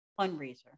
fundraiser